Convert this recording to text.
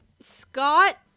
Scott